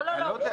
לא, לא.